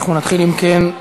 אנחנו נתחיל, אם כן,